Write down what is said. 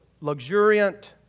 luxuriant